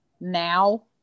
now